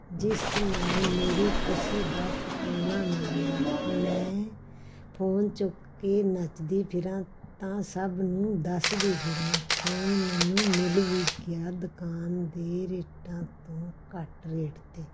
ਜਿਸ ਨਾਲ ਮੇਰੀ ਖੁਸ਼ੀ ਦਾ ਟਿਕਾਣਾ ਨਾ ਰਿਹਾ ਮੈਂ ਫੋਨ ਚੁੱਕ ਕੇ ਨੱਚਦੀ ਫਿਰਾਂ ਤਾਂ ਸਭ ਨੂੰ ਦੱਸਦੀ ਫਿਰਾਂ ਫੋਨ ਮੈਨੂੰ ਮਿਲ ਵੀ ਗਿਆ ਦੁਕਾਨ ਦੇ ਰੇਟਾਂ ਤੋਂ ਘੱਟ ਰੇਟ 'ਤੇ